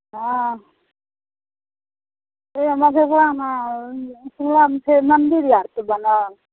हँ से मधेपुरामे सिङ्गलामे छै मन्दिर आओर छै बनल